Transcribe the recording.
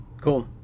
Cool